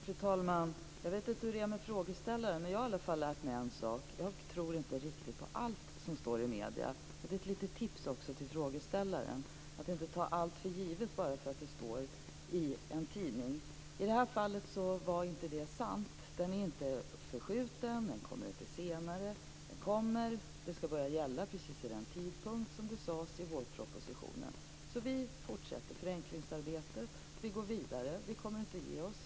Fru talman! Jag vet inte hur det är med frågeställaren, men jag har i alla fall lärt mig en sak: Jag tror inte riktigt på allt som står i medierna. Ett litet tips också till frågeställaren är att inte ta allt för givet bara för att det står i en tidning. I det här fallet var det inte sant. Propositionen kommer inte senare. Den kommer, och förslagen skall genomföras precis vid den tidpunkt som det sades i vårpropositionen. Vi fortsätter förenklingsarbetet, vi går vidare och vi kommer inte att ge oss.